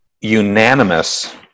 unanimous